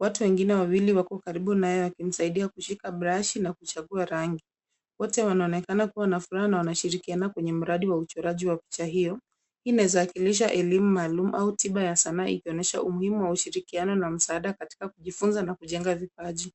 Watu wengine wawili wako karibu naye wakimsadia kushika brashi na kuchagua rangi. Wote wanaonekana kua na furaha na wanashirikiana kwenye mradi wa uchoraji wa picha hio. Hii inazaakilisha elimu maalumu au tiba ya sanaa ikionyesha umuhimu wa ushirikiano na msaada katika kujifunza na kujenga vipaji.